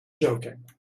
joking